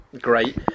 Great